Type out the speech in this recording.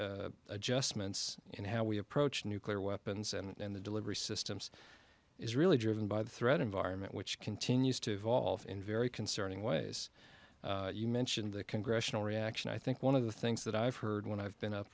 its adjustments in how we approach nuclear weapons and the delivery systems is really driven by the threat environment which continues to evolve in very concerning ways you mentioned the congressional reaction i think one of the things that i've heard when i've been up